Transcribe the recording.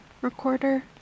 recorder